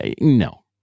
No